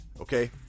okay